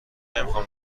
نمیخام